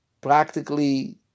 practically